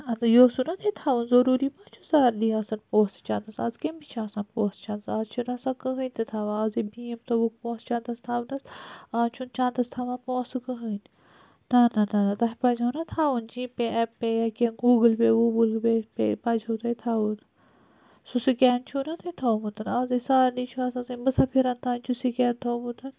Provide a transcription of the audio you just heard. ادٕ یہِ اوسوٕ نہ تۄہہِ تھاوُن ضروری مہ چھُ سارنی آسان پونٛسہٕ چَندس آز کٔمِس چھِ آسان پونٛسہِ چَندس آز چھُنہٕ آسان کٕہٕنۍ تہِ تھاوان آزے بیم تھوٚوُکھ پونٛسہٕ چَنٛدس تھونس آز چھُنہٕ چَنٛدس تَھوان پونٛسہٕ کٕہٕنۍ نہ نہ نہ نہ تۄہہِ پَزہیٚو نہ تھاوُن جی پے ایٚم پے یا کیٚنٛہہ گوگٕل پے ووگٕل پے پے پزہیٚو تۄہہِ تھاوُن سُہ سِکین چھُو نہ تۄہہِ تھومُت آزے سارنٕے چھُ آسان سُے مُسافرن تانۍ چھُ سُہ سِکین تھومُت